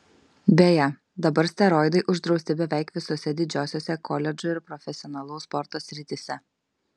beje dabar steroidai uždrausti beveik visose didžiosiose koledžų ir profesionalaus sporto srityse